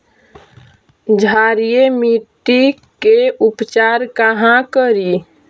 क्षारीय मिट्टी के उपचार कहा करी?